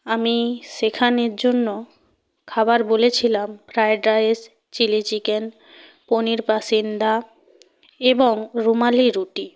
আমি সেখানের জন্য খাবার বলেছিলাম fried rice chilli chicken paneer pasanda এবং রুমালি রুটি